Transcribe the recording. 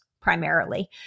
primarily